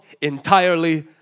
entirely